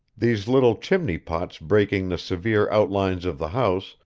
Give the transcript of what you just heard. these little chimney pots breaking the severe outlines of the house,